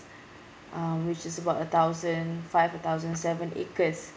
uh which is about a thousand five thousand seven acres